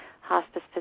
hospice